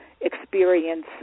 experience